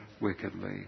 wickedly